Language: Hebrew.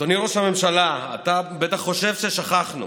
אדוני ראש הממשלה, אתה בטח חושב ששכחנו.